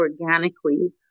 organically